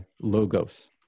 logos